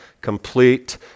complete